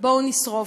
בואו נשרוף.